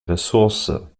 ressource